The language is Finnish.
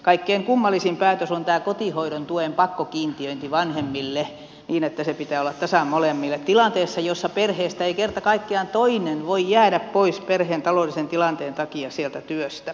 kaikkein kummallisin päätös on tämä kotihoidon tuen pakkokiintiöinti vanhemmille niin että sen pitää olla tasan molemmille tilanteessa jossa perheestä ei kerta kaikkiaan toinen voi jäädä pois perheen taloudellisen tilanteen takia sieltä työstä